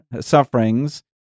sufferings